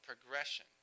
progression